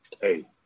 hey